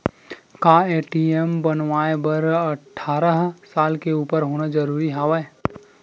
का ए.टी.एम बनवाय बर अट्ठारह साल के उपर होना जरूरी हवय?